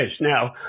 Now